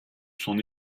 son